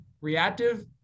reactive